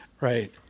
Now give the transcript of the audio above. Right